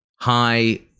High